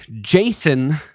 Jason